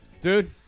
Dude